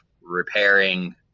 repairing